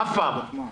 אף פעם.